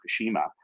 Fukushima